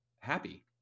happy